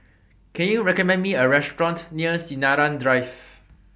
Can YOU recommend Me A Restaurant near Sinaran Drive